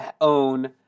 own